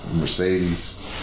Mercedes